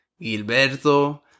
Gilberto